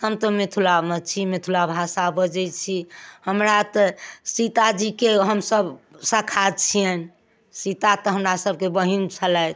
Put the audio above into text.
हम तऽ मिथिलामे छी मिथिला भाषा बजैत छी हमरा तऽ सीताजीके हमसब सखा छिअनि सीता तऽ हमरा सबके बहिन छलथि